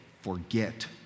forget